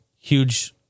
huge